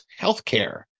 healthcare